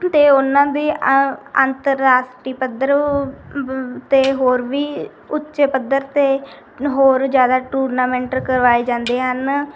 ਅਤੇ ਉਹਨਾਂ ਦੀ ਅੰਤਰਰਾਸ਼ਟਰੀ ਪੱਧਰ ਬ ਅਤੇ ਹੋਰ ਵੀ ਉੱਚੇ ਪੱਧਰ 'ਤੇ ਨ ਹੋਰ ਜ਼ਿਆਦਾ ਟੂਰਨਾਮੈਂਟਰ ਕਰਵਾਏ ਜਾਂਦੇ ਹਨ